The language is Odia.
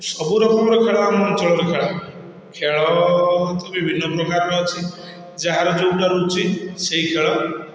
ସବୁ ରକମ୍ର ଖେଳ ଆମ ଅଞ୍ଚଳରେ ଖେଳା ହୁଏ ଖେଳ ହେଉଛି ବିଭିନ୍ନ ପ୍ରକାରର ଅଛି ଯାହାର ଯୋଉଟା ରୁଚି ସେଇ ଖେଳ